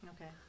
okay